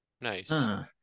Nice